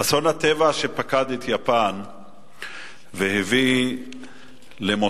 אסון הטבע שפקד את יפן והביא למותם,